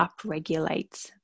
upregulates